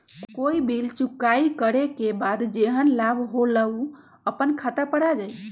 कोई बिल चुकाई करे के बाद जेहन लाभ होल उ अपने खाता पर आ जाई?